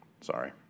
Sorry